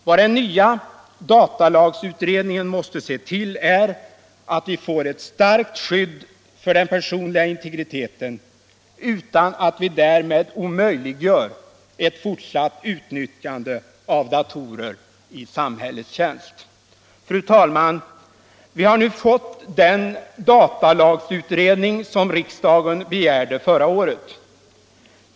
Vad den nya datalagsutredningen måste se till är att vi får ett starkt skydd för den personliga integriteten utan att vi därmed omöjliggör ett fortsatt utnyttjande av datorer i samhällets tjänst. Fru talman! Vi har fått den datalagsutredning som riksdagen begärde förra året.